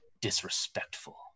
Disrespectful